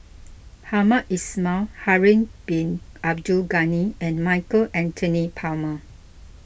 Hamed Ismail Harun Bin Abdul Ghani and Michael Anthony Palmer